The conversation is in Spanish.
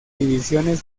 divisiones